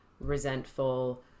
resentful